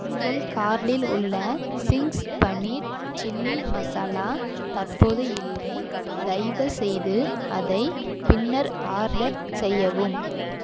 உங்கள் கார்ட்டில் உள்ள சிங்க்ஸ் பன்னீர் சில்லி மசாலா தற்போது இல்லை தயவுசெய்து அதை பின்னர் ஆர்டர் செய்யவும்